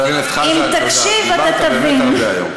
אם תקשיב, אתה תבין.